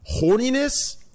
horniness